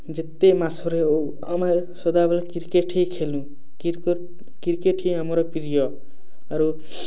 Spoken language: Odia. ଯେତେ ମାସରେ ହେଉ ଆମେ ସଦାବେଲେ କ୍ରିକେଟ୍ ହିଁ ଖେଲୁ କ୍ରିକେଟ୍ ହିଁ ଆମର ପ୍ରିୟ ଆରୁ